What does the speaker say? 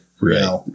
Right